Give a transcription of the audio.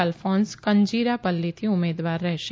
અલ્ફોન્સ કંજીરાપલ્લીથી ઉમેદવાર રહેશે